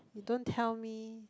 you don't tell me